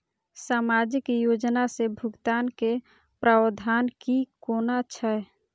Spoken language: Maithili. सामाजिक योजना से भुगतान के प्रावधान की कोना छै?